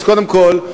אז קודם כול,